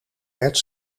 werd